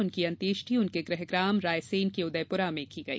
उनकी अंत्यष्टि उनके गृहग्राम रायसेन के उदयपुरा में की गई